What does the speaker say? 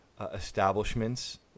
establishments